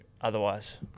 otherwise